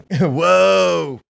Whoa